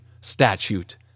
statute